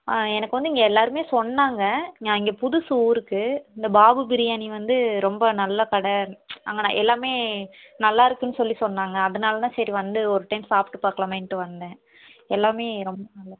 எனக்கு வந்து இங்கே எல்லாருமே சொன்னாங்க நான் இங்கே புதுசு ஊருக்கு இந்த பாபு பிரியாணி வந்து ரொம்ப நல்ல கடை அங்கே நான் எல்லாமே நல்லாருக்குன்னு சொல்லி சொன்னாங்க அதனால தான் சரி வந்து ஒரு டைம் சாப்பிட்டு பார்க்கலாமேன்ட்டு வந்தேன் எல்லாமே ரொம்ப நல்லா